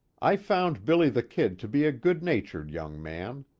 i found billy the kid to be a good natured young man.